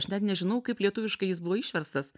aš net nežinau kaip lietuviškai jis buvo išverstas